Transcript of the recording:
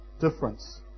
difference